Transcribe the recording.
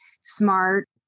smart